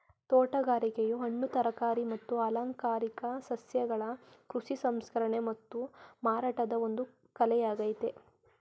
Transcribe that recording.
ತೋಟಗಾರಿಕೆಯು ಹಣ್ಣು ತರಕಾರಿ ಮತ್ತು ಅಲಂಕಾರಿಕ ಸಸ್ಯಗಳ ಕೃಷಿ ಸಂಸ್ಕರಣೆ ಮತ್ತು ಮಾರಾಟದ ಒಂದು ಕಲೆಯಾಗಯ್ತೆ